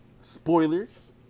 spoilers